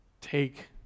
take